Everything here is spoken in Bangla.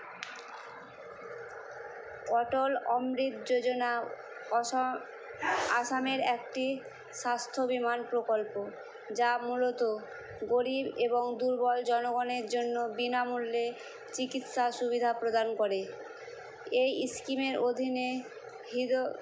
অটল অমৃত যোজনা অস অসমের একটি স্বাস্থ্য বিমা প্রকল্প যা মূলত গরিব এবং দুর্বল জনগনের জন্য বিনামূল্যে চিকিৎসা সুবিধা প্রদান করে এই স্কিমের অধীনে হিরো